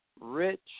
Rich